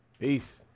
Peace